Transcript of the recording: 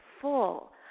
full